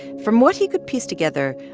from what he could piece together,